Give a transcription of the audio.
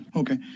okay